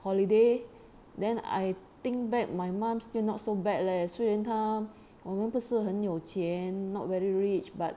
holiday then I think back my mom still not so bad leh 虽然他我们不是很有钱 not very rich but